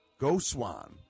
Goswan